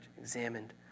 examined